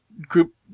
group